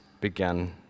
began